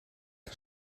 een